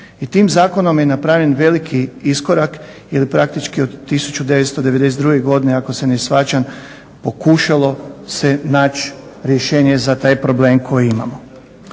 I tim zakonom je napravljen veliki iskorak jer je praktički od 1992. godine ako se sjećam pokušalo se naći rješenje za taj problem koji imamo.